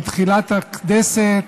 בתחילת הכנסת,